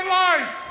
life